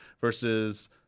versus